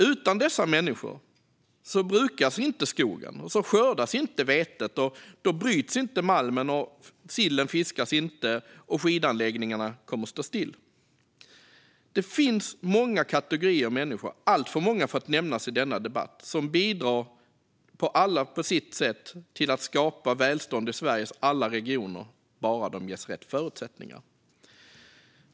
Utan dessa människor brukas nämligen inte skogen, skördas inte vetet, bryts inte malmen, fiskas inte sillen och sköts inte skidanläggningarna. Det finns många kategorier människor - alltför många för att nämnas i denna debatt - som alla på sitt sätt bidrar till att skapa välstånd i Sveriges alla regioner bara de ges rätt förutsättningar.